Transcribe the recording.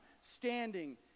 standing